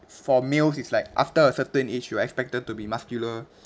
for males it's like after a certain age you're expected to be muscular